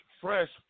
fresh